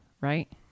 right